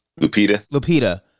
Lupita